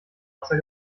außer